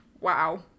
Wow